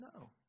No